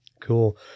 cool